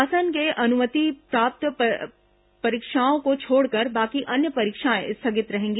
शासन से अनुमति प्राप्त परीक्षाओं को छोड़कर बाकी अन्य परीक्षाएं स्थगित रखेंगी